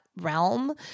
realm